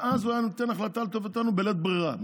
ואז הוא היה נותן החלטה לטובתנו בלית ברירה.